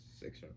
Six